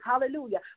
hallelujah